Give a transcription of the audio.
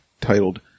titled